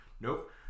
Nope